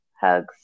hugs